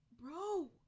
Bro